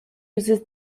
uses